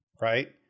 right